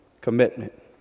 commitment